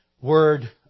Word